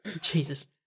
Jesus